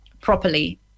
properly